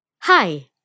Hi